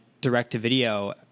direct-to-video